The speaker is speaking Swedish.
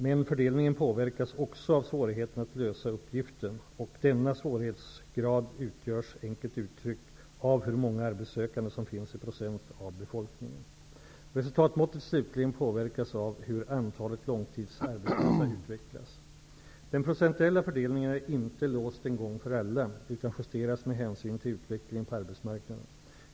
Men fördelningen påverkas också av svårigheten att lösa uppgiften, och denna svårighetsgrad utgörs, enkelt uttryckt, av hur många arbetssökande det finns i procent av befolkningen. Resultatmåttet slutligen påverkas av hur antalet långtidsarbetslösa utvecklas. Den procentuella fördelningen är inte låst en gång för alla utan justeras med hänsyn till utvecklingen på arbetsmarknaden.